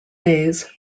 days